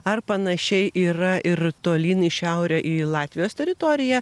ar panašiai yra ir tolyn į šiaurę į latvijos teritoriją